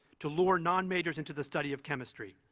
to lure non-majors into the study of chemistry.